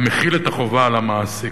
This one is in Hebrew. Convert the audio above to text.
המחיל את החובה על המעסיק.